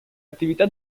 attività